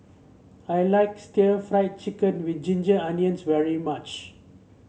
I like still Fried Chicken with Ginger Onions very much